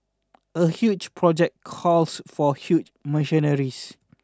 a huge project calls for huge machineries